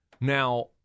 Now